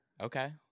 Okay